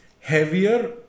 heavier